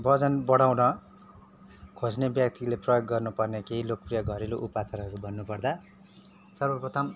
वजन बढाउन खोज्ने व्यक्तिले प्रयोग गर्नेुपर्ने केही लोकप्रिय घरेलु उपचारहरू भन्नुपर्दा सर्वप्रथम